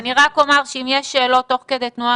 אני רק אומר שאם יש שאלות תוך כדי תנועה